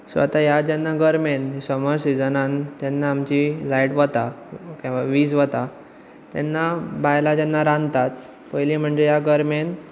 so आतां ह्या जेन्ना गर्मेन समर सिजनांत तेन्ना आमची लायट वता वीज वता तेन्ना बायलां जेन्ना रांदतात पयलीं म्हणजें ह्या गर्मेन